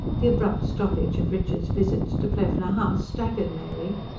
the abrupt stoppage of richard's visits to plevna house staggered mary.